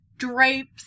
Drapes